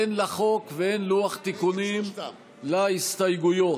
הן לחוק והן לוח תיקונים להסתייגויות.